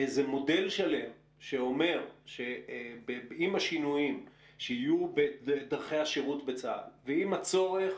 זה מודל שלם שאומר שעם השינויים שיהיו בדרכי השירות בצה"ל ועם הצורך